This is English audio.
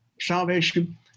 salvation